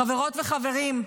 חברות וחברים,